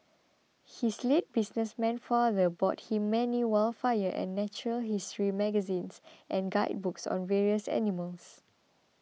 his late businessman father bought him many wildfire and natural history magazines and guidebooks on various animals